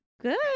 Good